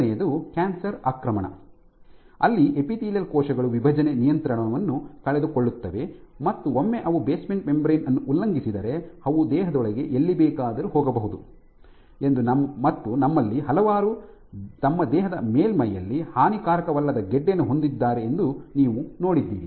ಮೂರನೆಯದು ಕ್ಯಾನ್ಸರ್ ಆಕ್ರಮಣ ಅಲ್ಲಿ ಎಪಿತೀಲಿಯಲ್ ಕೋಶಗಳು ವಿಭಜನೆ ನಿಯಂತ್ರಣವನ್ನು ಕಳೆದುಕೊಳ್ಳುತ್ತವೆ ಮತ್ತು ಒಮ್ಮೆ ಅವು ಬೇಸ್ಮೆಂಟ್ ಮೆಂಬರೇನ್ ಅನ್ನು ಉಲ್ಲಂಘಿಸಿದರೆ ಅವು ದೇಹದೊಳಗೆ ಎಲ್ಲಿ ಬೇಕಾದರೂ ಹೋಗಬಹುದು ಎಂದು ಮತ್ತು ನಮ್ಮಲ್ಲಿ ಹಲವರು ತಮ್ಮ ದೇಹದ ಮೇಲ್ಮೈಯಲ್ಲಿ ಹಾನಿಕರವಲ್ಲದ ಗೆಡ್ಡೆ ಯನ್ನು ಹೊಂದಿದ್ದಾರೆ ಎಂದು ನೀವು ನೋಡಿದ್ದೀರಿ